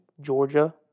Georgia